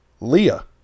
Leah